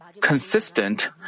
consistent